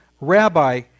Rabbi